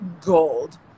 gold